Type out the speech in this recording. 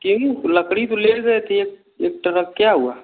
क्यों लकड़ी तो ले गए थे एक एक ट्रक क्या हुआ